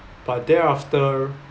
but thereafter